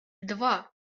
два